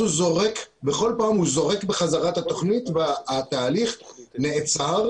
בכל פעם הוא זורק בחזרה את התוכנית והתהליך נעצר.